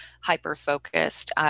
hyper-focused